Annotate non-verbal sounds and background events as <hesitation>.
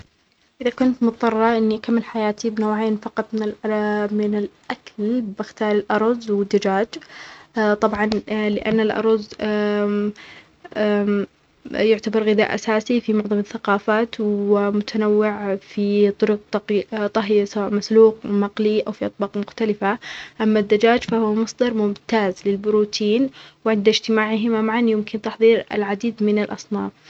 إذا كنت مضطرة أني كمل حياتي بنوعين فقط من الا-الأكل، بختار الأرز و الدجاج. طبعاً لأن الأرز <hesitation> يعتبر غذاء أساسي في معظم الثقافات ومتنوع في طرق طق- طهيه سواء مسلوق، مقلي أو في اطباق مختلفة. أما الدجاج فهو مصدر ممتاز للبروتين وعند اجتماعهما معاً يمكن تحضير العديد من الأصناف.